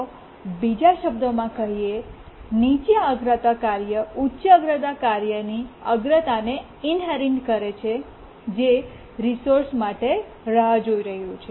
તો બીજા શબ્દોમાં કહીએ નીચા અગ્રતા કાર્ય ઉચ્ચ અગ્રતા કાર્યની અગ્રતા ને ઇન્હેરિટ કરે છે જે રિસોર્સ માટે રાહ જોઈ રહ્યું છે